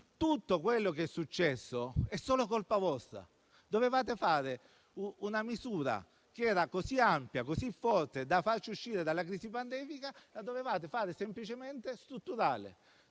Tutto quello che è successo è solo colpa vostra. Avevate una misura così ampia e forte da farci uscire dalla crisi pandemica, che dovevate semplicemente rendere